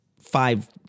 five